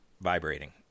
vibrating